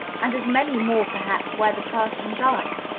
and as many more, perhaps, where the person died.